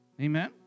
Amen